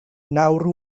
nawr